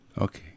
Okay